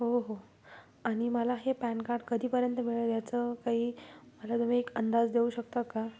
हो हो आणि मला हे पॅन कार्ड कधीपर्यंत मिळेल याचं काही मला तुम्ही एक अंदाज देऊ शकता का